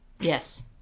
Yes